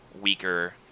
weaker